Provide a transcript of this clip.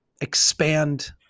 expand